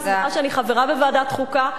אני שמחה שאני חברה בוועדת חוקה,